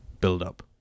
build-up